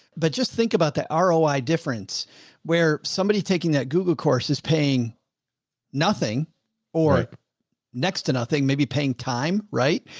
but just think about the ah roi difference where somebody taking that google course is paying nothing or next to nothing. maybe paying time, right.